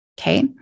Okay